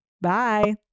Bye